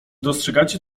dostrzegacie